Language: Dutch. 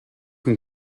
een